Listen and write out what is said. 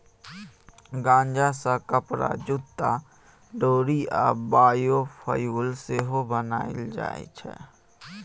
गांजा सँ कपरा, जुत्ता, डोरि आ बायोफ्युल सेहो बनाएल जाइ छै